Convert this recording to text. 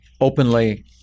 openly